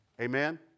Amen